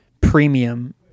premium